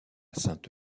sainte